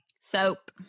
Soap